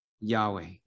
Yahweh